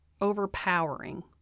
overpowering